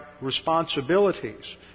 responsibilities